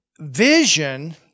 vision